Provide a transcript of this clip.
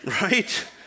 right